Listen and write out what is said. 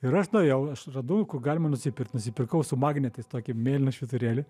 ir aš nuėjau aš radau kur galima nusipirkt nusipirkau su magnetais tokį mėlyną švyturėlį